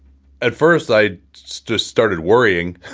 at first i just started worrying.